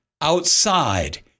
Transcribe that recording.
outside